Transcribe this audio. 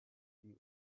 statue